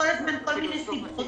כל הזמן יש כל מיני סיבות.